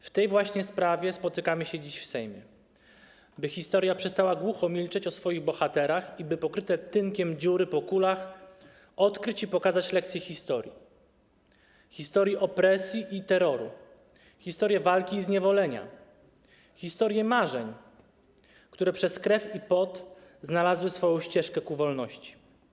W tej właśnie sprawie spotykamy się dziś w Sejmie, by historia przestała głucho milczeć o swoich bohaterach i by pokryte tynkiem dziury po kulach odkryć i pokazać lekcje historii, pokazać historię opresji i terroru, historię walki i zniewolenia, historię marzeń, które przez krew i pot znalazły swoją ścieżkę ku wolności.